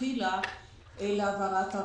מלכתחילה להעברת הרשות,